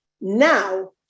Now